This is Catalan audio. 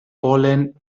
pol·len